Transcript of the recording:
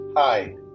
Hi